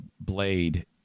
blade